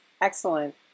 Excellent